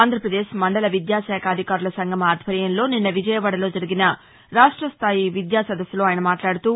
ఆంధ్రప్రదేశ్ మండల విద్యాశాఖాధికారుల సంఘం ఆధ్వర్యంలో నిన్న విజయవాడలో జరిగిన రాష్టస్థాయి విద్యాసదస్సులో ఆయన మాట్లాడుతూ